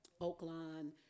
Oakland